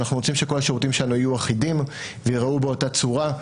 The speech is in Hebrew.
אנחנו רוצים שכל השירותים שלנו יהיו אחידים וייראו באותה צורה.